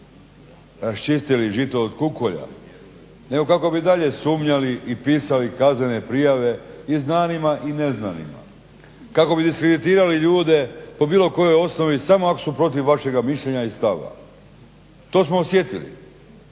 raščistili žito od kukolja nego kako bi i dalje sumnjali i pisali kaznene prijave i znanima i neznanima, kako bi diskreditirali ljude po bilo kojoj osnovi samo ako su protiv vašeg mišljenja i stava. To smo osjetili.